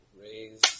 raise